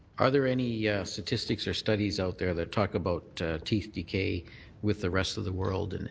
are there any yeah statistics or studies out there that talk about tooth decay with the rest of the world? and